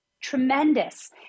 tremendous